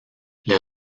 les